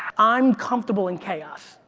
i'm comfortable in chaos.